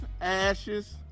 ashes